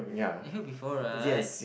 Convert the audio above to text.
you heard before right